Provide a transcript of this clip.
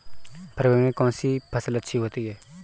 फरवरी में कौन सी फ़सल अच्छी होती है?